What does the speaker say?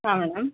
ಹಾಂ ಮೇಡಮ್